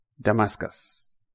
Damascus